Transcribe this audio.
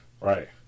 right